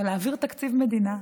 להעביר תקציב מדינה.